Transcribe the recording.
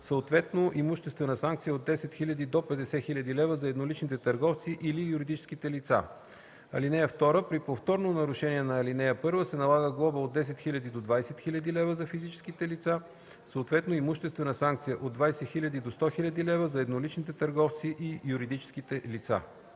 съответно имуществена санкция от 10 000 до 50 000 лв. - за едноличните търговци или юридическите лица. (2) При повторно нарушение на ал. 1 се налага глоба от 10 000 до 20 000 лв. - за физическите лица, съответно имуществена санкция от 20 000 до 100 000 лв. - за едноличните търговци и юридическите лица.”